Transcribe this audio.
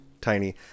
tiny